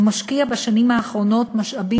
והוא משקיע בשנים האחרונות משאבים